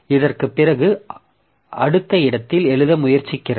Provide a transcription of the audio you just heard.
இதற்குப் பிறகு அடுத்த இடத்தில் எழுத முயற்சிக்கிறது